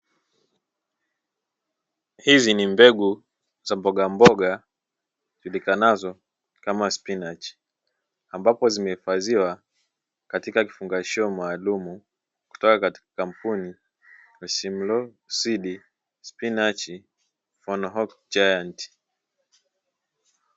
Hizi ni mbegu za mbogamboga zijulikanazo kama spinachi, ambapo zimehifadhiwa katika kifungashio maalumu kutoka katika kampuni ya "Simlaw Seeds SPINACH FORDHOOK GIANT".